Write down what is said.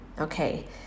Okay